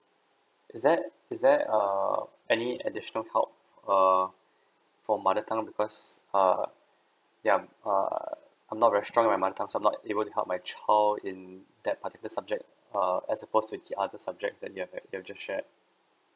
is that is there err any additional help err for mother time because err yeah I'm err I'm not vert strong with my mother tongue so I'm not able to help my child in that particular subject err as opposed to the other subjects that you have at you have just shared